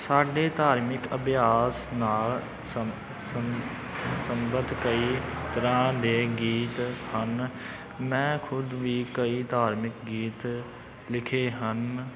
ਸਾਡੇ ਧਾਰਮਿਕ ਅਭਿਆਸ ਨਾਲ ਸੰਗਤ ਕਈ ਤਰ੍ਹਾਂ ਦੇ ਗੀਤ ਹਨ ਮੈਂ ਖੁਦ ਵੀ ਕਈ ਧਾਰਮਿਕ ਗੀਤ ਲਿਖੇ ਹਨ